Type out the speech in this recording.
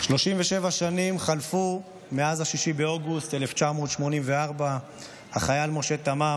37 שנים חלפו מאז 6 באוגוסט 1984. החייל משה תמם